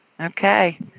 Okay